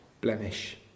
blemish